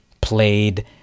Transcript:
played